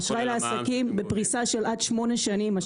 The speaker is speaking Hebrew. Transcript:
האשראי לעסקים בפריסה של עד שמונה שנים,